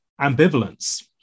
ambivalence